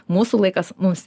mūsų laikas mums